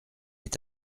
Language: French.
est